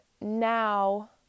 now